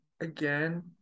again